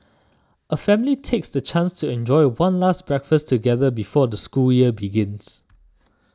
a family takes the chance to enjoy one last breakfast together before the school year begins